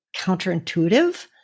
counterintuitive